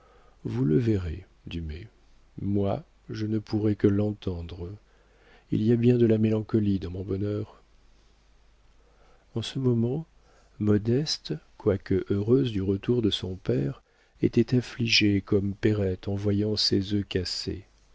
vous le verrez dumay moi je ne pourrai que l'entendre il y a bien de la mélancolie dans mon bonheur en ce moment modeste quoique heureuse du retour de son père était affligée comme perrette en voyant ses œufs cassés